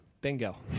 Bingo